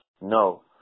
No